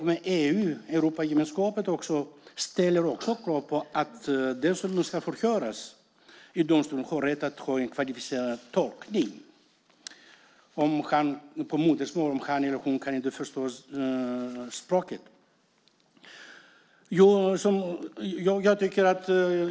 Även EU ställer krav på att den som ska förhöras i domstol har rätt till en kvalificerad tolkning på sitt modersmål om han eller hon inte förstår språket.